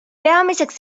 peamiseks